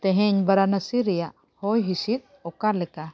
ᱛᱮᱦᱮᱧ ᱵᱟᱨᱟᱱᱚᱥᱤ ᱨᱮᱭᱟᱜ ᱦᱚᱭ ᱦᱤᱥᱤᱫ ᱚᱠᱟ ᱞᱮᱠᱟ